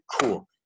cool